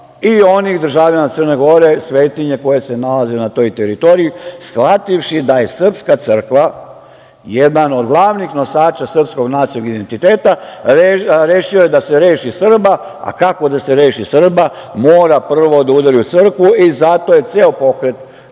i onih državljana Crne Gore, svetinje koje se nalaze na toj teritoriji, shvativši da je srpska crkva jedan od glavnih nosača srpskog nacionalnog identiteta, rešio je da se reši Srba. A kako da se reši Srba? Mora prvo da udari u crkvu i zato je ceo pokret nastao